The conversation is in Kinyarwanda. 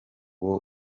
bwo